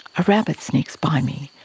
a rabbit sneaks by me,